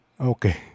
Okay